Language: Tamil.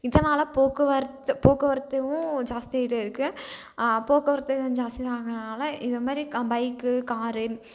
இதனால் போக்குவரத்து போக்குவரத்தும் ஜாஸ்த்தி ஆகிட்டே இருக்குது போக்குவரத்து ஜாஸ்த்தியாக ஆகிறனால இது மாதிரி பைக்கு கார்